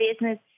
business